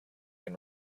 can